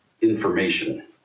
information